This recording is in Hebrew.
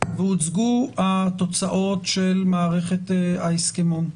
והוצגו התוצאות של מערכת ההסכמון.